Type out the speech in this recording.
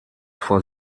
vor